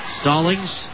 Stallings